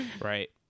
Right